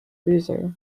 cruiser